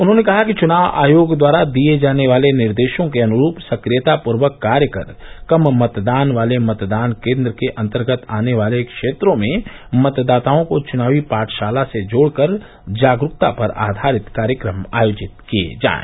उन्होंने कहा कि चुनाव आयोग द्वारा दिए जाने वाले निर्देशों के अनुरूप सक्रियतापूर्वक कार्य कर कम मतदान वाले मतदान केंद्र के अंतर्गत आने वाले क्षेत्रों में मतदाताओं को चुनावी पाठशाला से जोड़ कर जागरूकता पर आधारित कार्यक्रम आयोजित किए जाएं